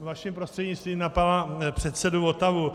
Vaším prostřednictvím na pana předsedu Votavu.